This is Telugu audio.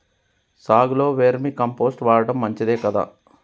సాగులో వేర్మి కంపోస్ట్ వాడటం మంచిదే కదా?